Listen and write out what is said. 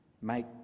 make